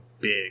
big